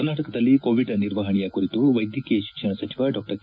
ಕರ್ನಾಟಕದಲ್ಲಿ ಕೋವಿಡ್ ನಿರ್ವಹಣೆಯ ಕುರಿತು ವೈದ್ಯಕೀಯ ಶಿಕ್ಷಣ ಸಚಿವ ಡಾ ಕೆ